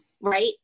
right